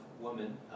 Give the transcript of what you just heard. woman